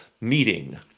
meeting